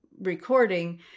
recording